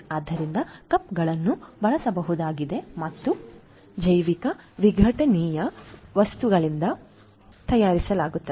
ಆದ್ದರಿಂದ ಕಪ್ಗಳನ್ನು ಬಳಸಬಹುದಾಗಿದೆ ಮತ್ತು ಜೈವಿಕ ವಿಘಟನೀಯ ವಸ್ತುಗಳಿಂದ ತಯಾರಿಸಲಾಗುತ್ತದೆ